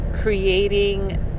creating